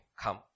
Come